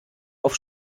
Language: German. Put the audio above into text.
auf